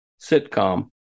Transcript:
sitcom